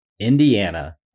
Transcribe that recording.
Indiana